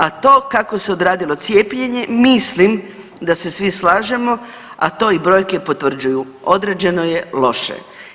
A to kako se odradilo cijepljenje mislim da se svi slažemo, a to i brojke potvrđuju, odrađeno je loše.